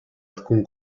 alcun